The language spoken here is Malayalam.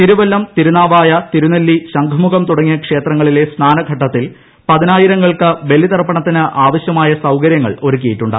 തിരുവല്ലം തിരുനാവായ തിരുനെല്ലി ശംഖുമുഖം തുടങ്ങിയ ക്ഷേത്രങ്ങളിലെ സ്നാനഘട്ടത്തിൽ പതിനായിരങ്ങൾക്ക് ബലിതർപ്പണത്തിന് ആവശ്യമായ സൌകരൃങ്ങൾ ഒരുക്കിയിട്ടുണ്ട്